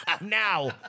Now